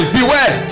Beware